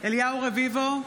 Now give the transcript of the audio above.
אליהו רביבו,